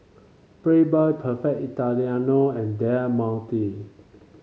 Playboy Perfect Italiano and Del Monte